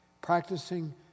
Practicing